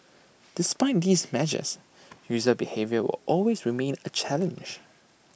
despite these measures user behaviour will always remain A challenge